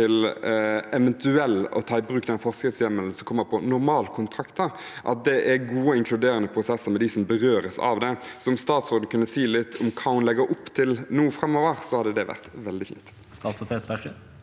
gjelder eventuelt å ta i bruk den for skriftshjemmelen som kommer for normalkontrakter, er gode og inkluderende prosesser overfor dem som berøres av det. Om statsråden kan si litt om hva hun legger opp til framover, hadde det vært veldig fint.